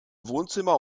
wohnzimmer